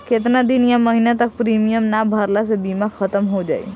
केतना दिन या महीना तक प्रीमियम ना भरला से बीमा ख़तम हो जायी?